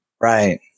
right